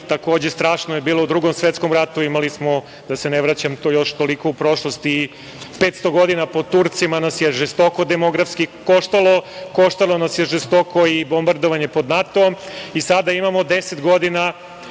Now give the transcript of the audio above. takođe strašno je bilo u Drugom svetskom ratu, imali smo, da se ne vraćam još toliko u prošlost - 500 godina pod Turcima nas je žestoko demografski koštalo, koštalo nas je žestoko i bombardovanje pod NATO-om i sada imamo 10 godina